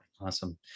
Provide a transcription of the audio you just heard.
Awesome